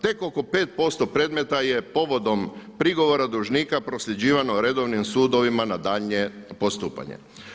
Tek oko 5% predmeta je povodom prigovora dužnika prosljeđivano redovnim sudovima na daljnje postupanje.